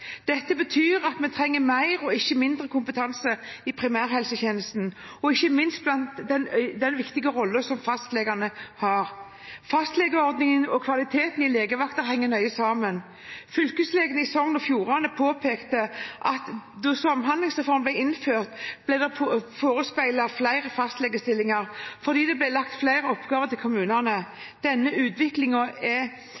Dette betyr at vi trenger mer og ikke mindre kompetanse i primærhelsetjenesten, og ikke minst den viktige rollen som fastlegene har. Fastlegeordningen og kvaliteten på legevakter henger nøye sammen. Fylkeslegen i Sogn og Fjordane påpekte at da samhandlingsreformen ble innført, ble en forespeilet flere fastlegestillinger fordi det ble lagt flere oppgaver til kommunene.